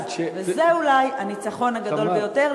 זה אולי הניצחון הגדול ביותר.